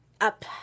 up